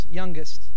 youngest